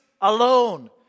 alone